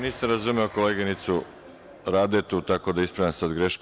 Nisam razumeo koleginicu Radetu, tako da ispravljam sada grešku.